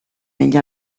negli